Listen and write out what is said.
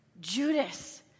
Judas